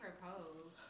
propose